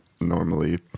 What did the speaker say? normally